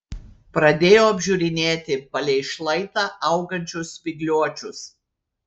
pradėjo apžiūrinėti palei šlaitą augančius spygliuočius